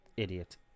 idiot